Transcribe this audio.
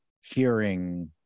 hearing